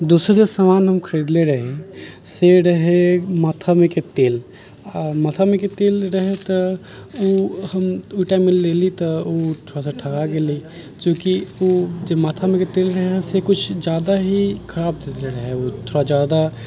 दोसर सामान जे हम खरीदले रही से रहै माथामेके तेल आ माथामेके तेल रहै तऽ ओ हम ओहि टाइममे लेली तऽ ओ थोड़ा सा ठका गेली चूँकि ओ जे माथामेके तेल रहै से किछु जादा ही खराब दे देले रहै ओ थोड़ा जादा